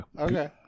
okay